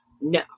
No